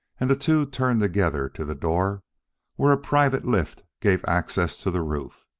and the two turned together to the door where a private lift gave access to the roof.